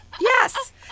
Yes